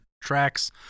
tracks